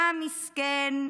פעם מסכן,